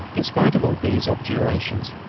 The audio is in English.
in spite of all b s objurgations,